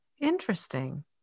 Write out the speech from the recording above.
interesting